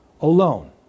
alone